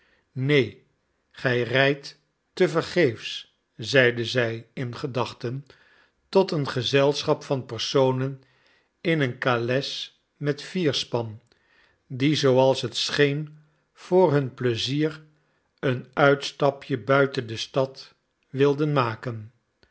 neen gij rijdt te vergeefs zeide zij in gedachten tot een gezelschap van personen in een kales met vierspan die zooals het scheen voor hun pleizier een uitstapje buiten de stad wilden maken